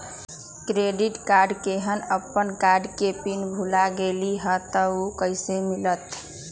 Credit card केहन अपन card के पिन भुला गेलि ह त उ कईसे मिलत?